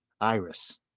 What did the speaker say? Iris